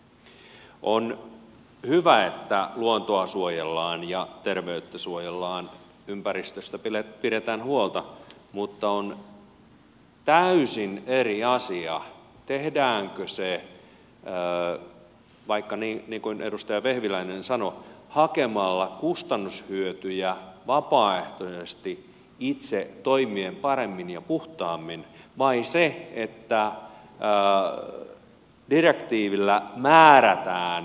on hyvä että luontoa suojellaan ja terveyttä suojellaan ympäristöstä pidetään huolta mutta on täysin eri asia tehdäänkö se niin kuin edustaja vehviläinen sanoi hakemalla kustannushyötyjä vapaaehtoisesti itse toimien paremmin ja puhtaammin vai niin että direktiivillä määrätään tekemään jotain